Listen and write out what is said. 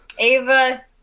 Ava